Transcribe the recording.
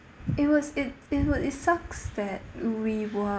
it was it it was it sucks that we were